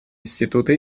институты